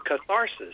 catharsis